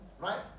right